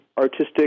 artistic